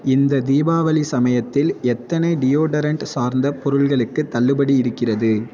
இந்த தீபாவளி சமயத்தில் எத்தனை டியோடரண்ட் சார்ந்த பொருள்களுக்கு தள்ளுபடி இருக்கிறது